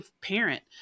parent